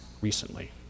recently